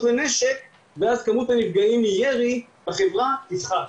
לנשק ואז כמות הנפגעים מירי בחברה תפחת'.